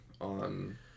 on